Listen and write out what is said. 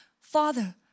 Father